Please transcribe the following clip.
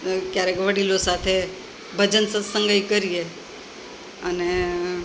ક્યારેક વડીલો સાથે ભજન સત્સંગ ય કરીએ અને